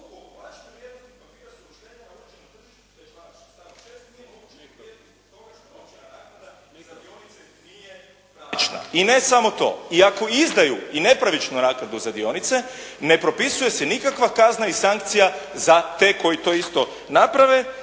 i ne samo to. I ako izdaju i nepravičnu naknadu za dionice ne propisuje se nikakva kazna i sankcija za te koji to isto naprave